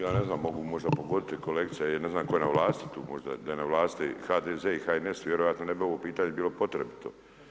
Ja ne znam mogu možda pogoditi, kolegica je, ne znam tko je na vlasti tu, možda da je na vlasti HDZ i HNS ne vjerojatno ne bi ovo pitanje bilo potrebito.